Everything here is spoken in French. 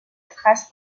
trace